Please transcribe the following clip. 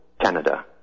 Canada